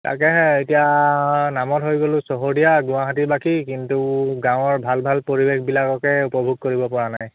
তাকেহে এতিয়া নামত হৈ গ'লো চহৰীয়া গুৱাহাটীবাসী কিন্তু গাঁৱৰ ভাল ভাল পৰিৱেশবিলাককে উপভোগ কৰিবপৰা নাই